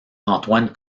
antoine